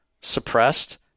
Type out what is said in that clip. suppressed